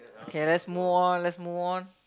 K let's move on let's move on